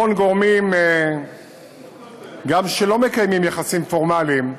המון גורמים, גם שלא מקיימים יחסים פורמליים,